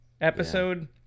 episode